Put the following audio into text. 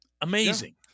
Amazing